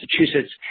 Massachusetts